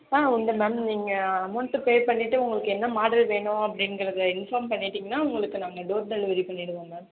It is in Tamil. ஆ உண்டு மேம் நீங்கள் அமௌண்ட் பே பண்ணிவிட்டு உங்களுக்கு என்ன மாடல் வேணும் அப்படிங்கிறத இன்பார்ம் பண்ணிவிட்டிங்கனா உங்களுக்கு நாங்கள் டோர் டெலிவரி பண்ணிவிடுவோம் மேம்